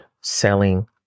selling